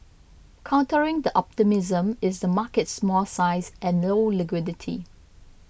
countering the optimism is the market's small size and low liquidity